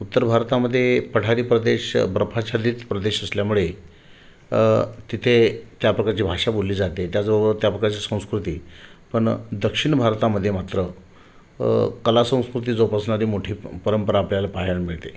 उत्तर भारतामध्ये पठारी प्रदेश बर्फाच्छादित प्रदेश असल्यामुळे तिथे त्या प्रकारची भाषा बोलली जाते त्याचबरोबर त्या प्रकारची संस्कृती पण दक्षिण भारतामध्ये मात्र कला संस्कृती जोपासणारी मोठी परंपरा आपल्याला पाहायला मिळते